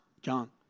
John